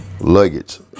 luggage